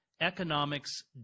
economics